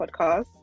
podcast